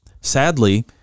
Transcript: sadly